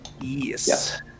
Yes